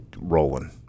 rolling